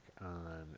on